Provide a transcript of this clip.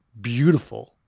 beautiful